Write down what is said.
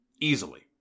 Easily